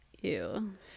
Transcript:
Ew